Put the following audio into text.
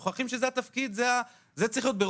מדובר פה בטרנספורמציה שתצליח רק אם יהיה מנהיג